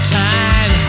time